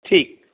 ठीक